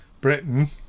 Britain